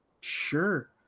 sure